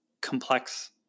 complex